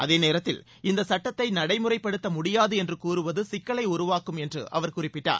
அதே நேரத்தில் இந்த சட்டத்தை நடைமுறைப்படுத்த முடியாது என்று கூறுவது சிக்கலை உருவாக்கும் என்று அவர் குறிப்பிட்டார்